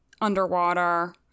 underwater